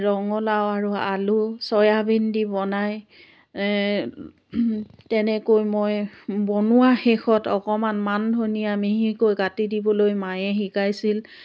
ৰঙালাও আৰু আলু চয়াবিন দি বনাই তেনেকৈ মই বনোৱা শেষত অকণমান মানধনিয়া মিহিকৈ কাটি দিবলৈ মায়ে শিকাইছিল